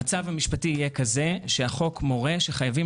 המצב המשפטי יהיה כזה שהחוק מורה שחייבים